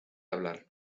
hablar